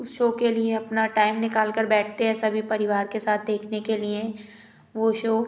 उस शो के लिए अपना टाइम निकाल कर बैठते हैं सभी परिवार के साथ देखने के लिए वो शो